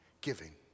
giving